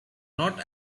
not